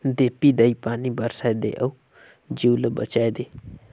देपी दाई पानी बरसाए दे अउ जीव ल बचाए दे